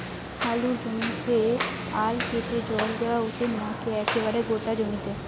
আলুর জমিতে আল কেটে জল দেওয়া উচিৎ নাকি একেবারে গোটা জমিতে?